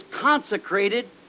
consecrated